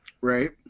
Right